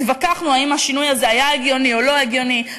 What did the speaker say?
התווכחנו האם השינוי הזה היה הגיוני או לא היה הגיוני,